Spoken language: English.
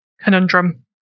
conundrum